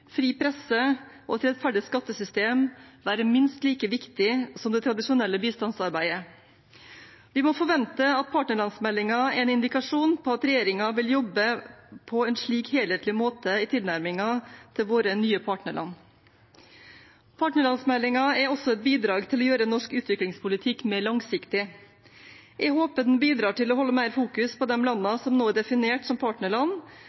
fri presse og et rettferdig skattesystem være minst like viktig som det tradisjonelle bistandsarbeidet. Vi må forvente at partnerlandsmeldingen er en indikasjon på at regjeringen vil jobbe på en slik helhetlig måte i tilnærmingen til våre nye partnerland. Partnerlandsmeldingen er også et bidrag til å gjøre norsk utviklingspolitikk mer langsiktig. Jeg håper den bidrar til å holde mer fokus på de landene som nå er definert som partnerland,